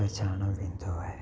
पहुचाणो वेंदो आहे